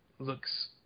Looks